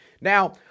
Now